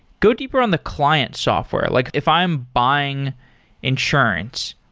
go deeper on the client software. like if i am buying insurance,